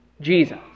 Jesus